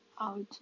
out